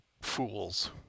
fools